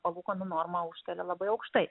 palūkanų normą užkelia labai aukštai